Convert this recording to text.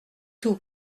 tout